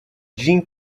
jim